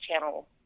channel